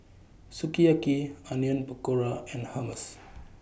Sukiyaki Onion Pakora and Hummus